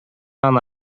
аны